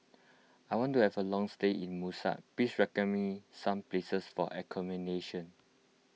I want to have a long stay in Muscat please recommend me some places for accommodation